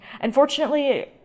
unfortunately